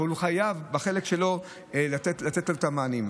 אבל בחלק שלו הוא חייב לתת את המענים.